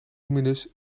luminus